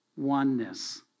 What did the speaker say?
Oneness